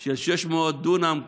של 600 דונם טרי,